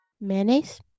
Mayonnaise